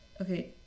okay